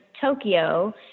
Tokyo